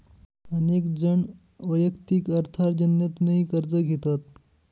अनेक जण वैयक्तिक अर्थार्जनातूनही कर्ज घेतात